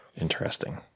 Interesting